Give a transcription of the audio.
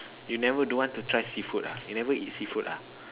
you never don't want to try seafood ah you never eat seafood ah